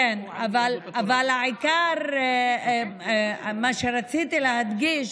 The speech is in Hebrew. אבל העיקר מה שרציתי להדגיש,